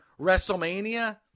WrestleMania